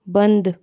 बंद